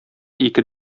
ике